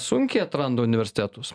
sunkiai atranda universitetus